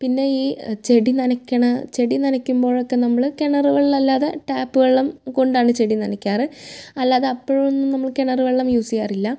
പിന്നെയീ ചെടി നനയ്ക്കണ ചെടി നനയ്ക്കുമ്പോഴൊക്കെ നമ്മൾ കിണർ വെള്ളമല്ലാതെ ടാപ്പ് വെള്ളം കൊണ്ടാണ് ചെടിനനയ്ക്കാറ് അല്ലാതപ്പഴൊന്നും നമ്മൾ കിണർ വെള്ളം യൂസ്സ് ചെയ്യാറില്ല